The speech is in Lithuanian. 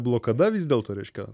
blokada vis dėlto reiškia